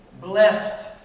blessed